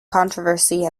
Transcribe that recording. controversy